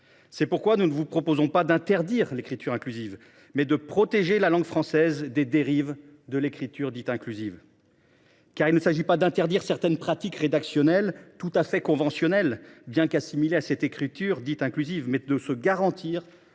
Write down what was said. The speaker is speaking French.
raison pour laquelle nous vous proposons non pas d’interdire l’écriture inclusive, mais de « protéger la langue française des dérives de l’écriture dite inclusive ». Il s’agit non pas d’interdire certaines pratiques rédactionnelles, tout à fait conventionnelles, bien qu’assimilées à cette écriture dite inclusive, mais de se garantir